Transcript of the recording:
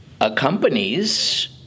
accompanies